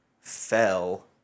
fell